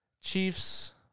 Chiefs